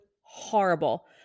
horrible